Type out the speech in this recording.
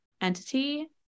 entity